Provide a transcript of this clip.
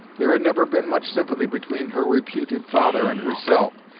there had never been much sympathy between her reputed father and herself,